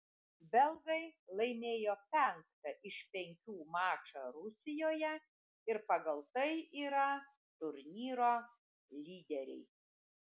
belgai laimėjo penktą iš penkių mačą rusijoje ir pagal tai yra turnyro lyderiai